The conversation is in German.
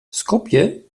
skopje